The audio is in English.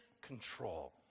control